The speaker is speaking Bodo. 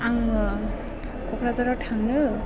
आङो क'क्राझाराव थांनो